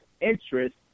interest